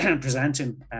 presenting